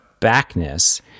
backness